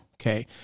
okay